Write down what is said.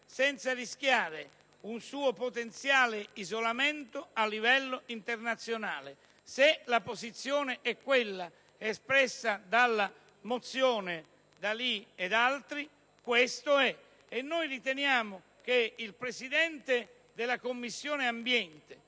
senza rischiare un suo potenziale isolamento a livello internazionale. Se la posizione è quella espressa dalla mozione presentata dal senatore D'Alì e da altri senatori, è così. Noi riteniamo che il Presidente della Commissione ambiente,